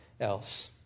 else